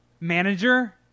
manager